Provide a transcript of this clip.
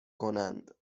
کنند